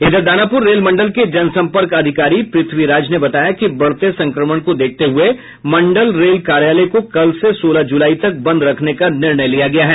इधर दानापुर रेल मंडल के जनसंपर्क अधिकारी पृथ्वी राज ने बताया कि बढ़ते संक्रमण को देखते हुए मंडल रेल कार्यालय को कल से सोलह जुलाई तक बंद रखने का निर्णय लिया गया है